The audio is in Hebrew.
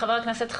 חבר הכנסת חסיד,